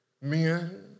men